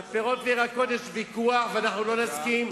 על פירות וירקות יש ויכוח, ואנחנו לא נסכים.